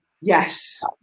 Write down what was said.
Yes